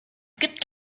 gibt